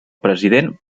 president